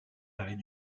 arrêt